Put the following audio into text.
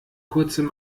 kurzem